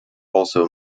also